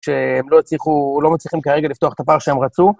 כשהם לא מצליחו, לא מצליחים כרגע לפתוח את הפער שהם רצו.